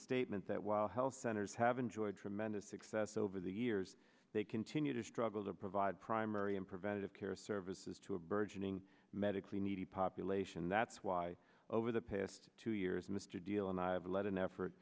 statement that while health centers have enjoyed tremendous success over the years they continue to struggle to provide primary and preventative care services to a burgeoning medically needy population that's why over the past two years mr deal and i have led an effort